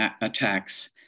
attacks